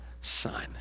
son